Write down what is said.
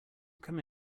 come